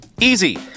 Easy